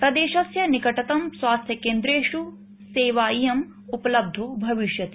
प्रदेशस्य निकटतमस्वास्थ्यकेन्द्रेषु सेवेयं उपलब्धो भविष्यति